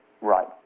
right